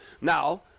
Now